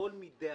והכול מדאגה.